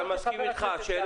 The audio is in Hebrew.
אני מסכים אתך,